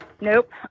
Nope